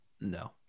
No